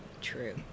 true